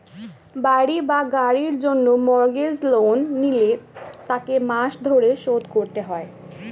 বাড়ি বা গাড়ির জন্য মর্গেজ লোন নিলে তাকে মাস ধরে শোধ করতে হয়